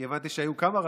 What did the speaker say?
כי הבנתי שהיו כמה רשויות,